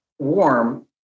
Warm